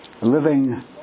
Living